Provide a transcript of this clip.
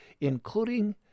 including